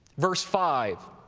verse five.